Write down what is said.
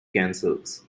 cancers